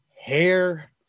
Hair